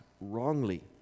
wrongly